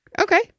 Okay